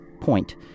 point